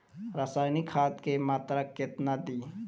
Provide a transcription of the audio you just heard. रसायनिक खाद के मात्रा केतना दी?